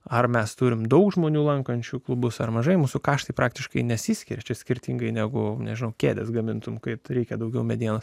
ar mes turime daug žmonių lankančių klubus ar mažai mūsų karštai praktiškai nesiskiria skirtingai negu nežinau kėdės gamintum kai reikia daugiau medienos